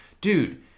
Dude